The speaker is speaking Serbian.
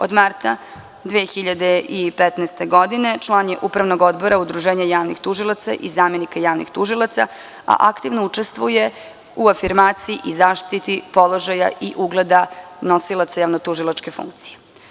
Od marta 2015. godine član je Upravnog odbora Udruženja javnih tužilaca i zamenika javnih tužilaca, a aktivno učestvuje u afirmaciji i zaštiti položaja i ugleda nosilaca javno-tužilačke funkcije.